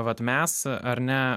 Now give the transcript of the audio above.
vat mes ar ne